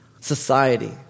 society